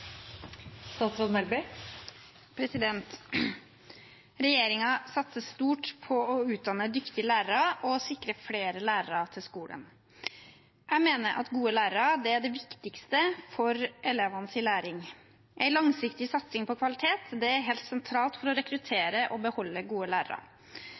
satser stort på å utdanne dyktige lærere og sikre flere lærere til skolen. Jeg mener at gode lærere er det viktigste for elevenes læring. En langsiktig satsing på kvalitet er helt sentralt for å rekruttere og beholde gode lærere.